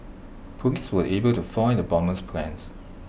Police were able to foil the bomber's plans